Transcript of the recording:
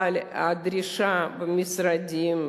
אבל הדרישה במשרדים,